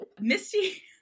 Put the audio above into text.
misty